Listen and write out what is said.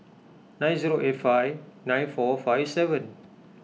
nine zero eight five nine four five seven